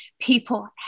people